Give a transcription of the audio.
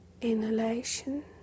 Inhalation